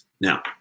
Now